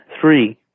three